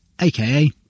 aka